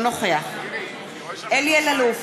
אינו נוכח אלי אלאלוף,